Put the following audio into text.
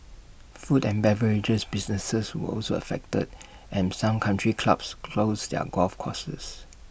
food and beverage businesses were also affected and some country clubs closed their golf courses